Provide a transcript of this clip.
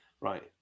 Right